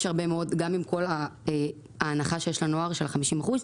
גם עם כל ההנחה שיש לנוער של 50%,